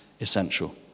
essential